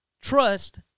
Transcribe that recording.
trust